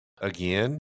again